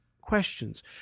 questions